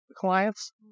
clients